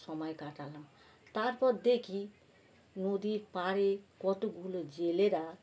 সময় কাটালাম তারপর দেখি নদীর পাড়ে কতগুলো জেলেরা